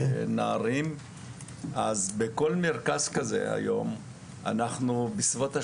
אז בכל מרכז כזה היום אנחנו בסביבות השלושים,